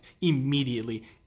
immediately